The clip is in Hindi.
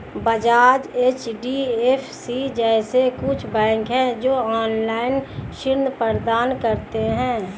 बजाज, एच.डी.एफ.सी जैसे कुछ बैंक है, जो ऑनलाईन ऋण प्रदान करते हैं